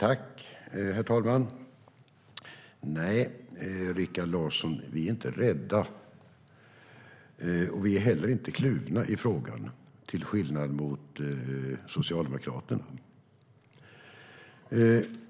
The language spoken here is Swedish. Herr talman! Nej, Rikard Larsson, vi är inte rädda. Till skillnad från Socialdemokraterna är vi heller inte kluvna i frågan.